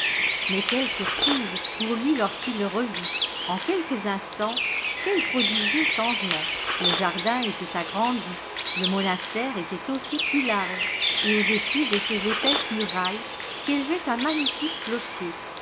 mais quelle surprise pour lui lorsqu'il le revit en quelques instants quels prodigieux changements le jardin était agrandi le monastère était aussi plus large et audessus de ses épaisses murailles s'élevait un magnifuiue clocher